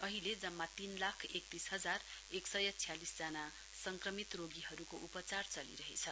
अहिले जम्मा तीन लाख एकतीस हजार एक सय छ्यालिसजना संक्रमित रोगीहरूको उपचार चलिरहेछ